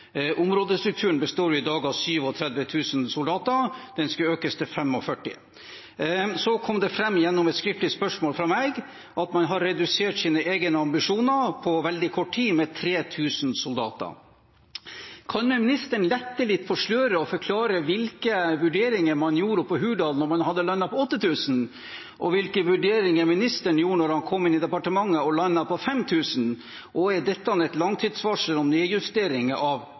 Områdestrukturen består i dag av 37 000 soldater, og den skal økes til 45 000. Så kom det fram gjennom et skriftlig spørsmål fra meg at man har redusert egne ambisjoner på veldig kort tid – med 3 000 soldater. Kan ministeren lette litt på sløret og forklare hvilke vurderinger man gjorde på Hurdal da man landet på 8 000, og hvilke vurderinger ministeren gjorde da han kom inn i departementet og landet på 5 000? Er dette et langtidsvarsel om nedjusteringer av